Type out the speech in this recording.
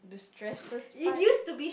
the stresses part